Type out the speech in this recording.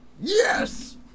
Yes